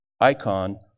icon